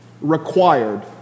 required